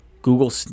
Google